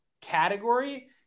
category